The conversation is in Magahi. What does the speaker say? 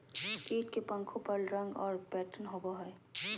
कीट के पंखों पर रंग और पैटर्न होबो हइ